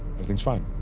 everything's fine.